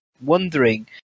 wondering